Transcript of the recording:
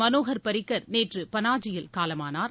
மனோகர் பாரிக்கர் நேற்று பனாஜியில் காலமானார்